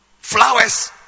flowers